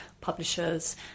publishers